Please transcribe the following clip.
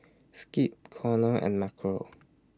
Skip Connor and Marco